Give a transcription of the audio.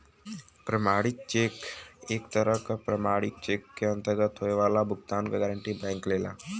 प्रमाणित चेक एक तरह क प्रमाणित चेक के अंतर्गत होये वाला भुगतान क गारंटी बैंक लेला